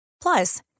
Plus